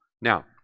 Now